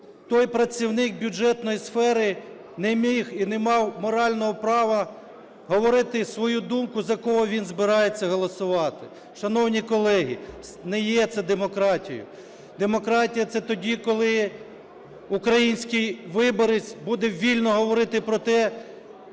той працівник бюджетної сфери не міг і не мав морального права говорити свою думку, за кого він збирається голосувати. Шановні колеги, не є це демократією. Демократія – це тоді, коли український виборець буде вільно говорити про те,